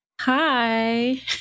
Hi